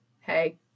hey